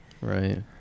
Right